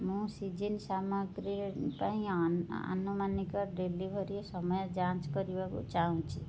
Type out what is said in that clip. ମୁଁ ସିଜନ୍ ସାମଗ୍ରୀ ପାଇଁ ଆନୁମାନିକ ଡେଲିଭରି ସମୟ ଯାଞ୍ଚ କରିବାକୁ ଚାହୁଁଚି